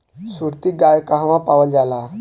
सुरती गाय कहवा पावल जाला?